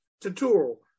tutorial